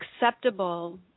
acceptable